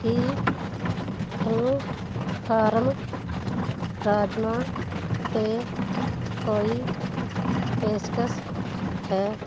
ਕੀ ਟਰਉਫਾਰਮ ਰਾਜਮਾ 'ਤੇ ਕੋਈ ਪੇਸ਼ਕਸ਼ ਹੈ